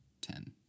ten